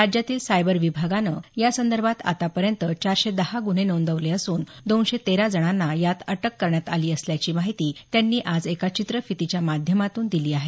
राज्यातील सायबर विभागानं या संदर्भात आतापर्यंत चारशे दहा गुन्हे नोंदवले असून दोनशे तेरा जणांना यात अटक करण्यात आली असल्याची माहिती त्यांनी आज एका चित्रफीतीच्या माध्यमातून दिली आहे